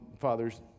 father's